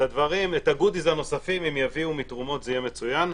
את ה-goodies הנוספים אם יביאו מתרומות זה יהיה מצוין.